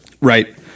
Right